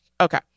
Okay